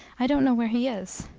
i don't know where he is.